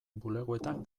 bulegoetan